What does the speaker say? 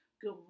Good